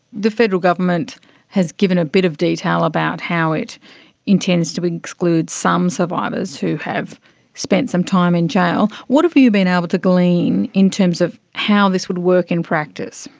the federal government has given a bit of detail about how it intends to exclude some survivors who have spent some time in jail. what have you been able to glean in terms of how this would work in practice?